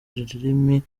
rurimi